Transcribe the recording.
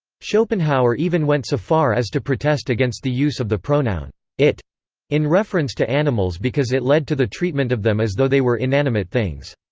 schopenhauer even went so far as to protest against the use of the pronoun it in reference to animals because it led to the treatment of them as though they were inanimate things.